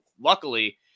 Luckily